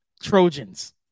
Trojans